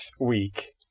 week